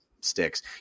sticks